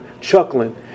chuckling